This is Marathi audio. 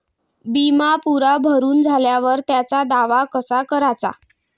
बिमा पुरा भरून झाल्यावर त्याचा दावा कसा कराचा?